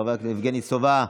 חבר הכנסת יבגני סובה,